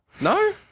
No